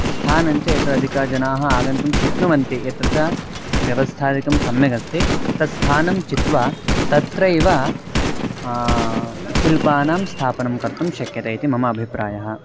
स्थानं च यत्र अधिकाः जनाः आगन्तुं शक्नुवन्ति यत्र च व्यवस्थादिकं सम्यगस्ति तत् स्थानं चित्वा तत्रैव शिल्पानां स्थापनं कर्तुं शक्यते इति मम अभिप्रायः